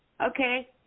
Okay